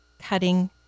cutting